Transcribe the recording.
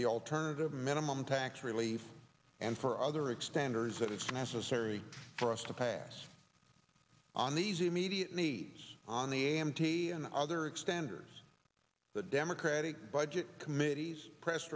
the alternative minimum tax relief and for other extenders that it's necessary for us to pass on these immediate needs on the a m t and the other extenders the democratic budget committees press